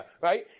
right